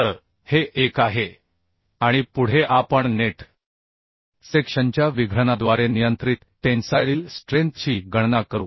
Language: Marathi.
तर हे 1 आहे आणि पुढे आपण नेट सेक्शनच्या विघटनाद्वारे नियंत्रित टेन्साइल स्ट्रेंथची गणना करू